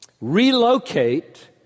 relocate